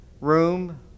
room